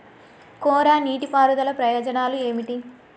కోరా నీటి పారుదల ప్రయోజనాలు ఏమిటి?